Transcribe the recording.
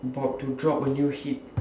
about to drop a new hit